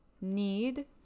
need